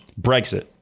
Brexit